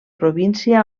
província